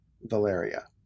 Valeria